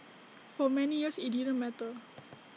for many years IT didn't matter